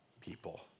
people